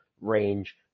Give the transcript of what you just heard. range